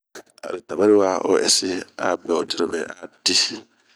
A ho tabari wa o ɛsi a be o dirobe a dii.